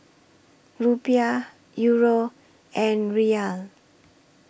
Rupiah Euro and Riyal